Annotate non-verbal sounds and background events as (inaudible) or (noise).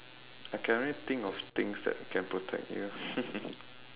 I can only think of things that can protect you (laughs)